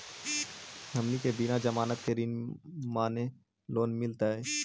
हमनी के बिना जमानत के ऋण माने लोन मिलतई?